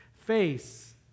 face